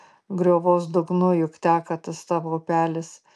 griovos dugnu juk teka tas tavo upelis